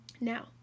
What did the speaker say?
Now